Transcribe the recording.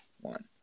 one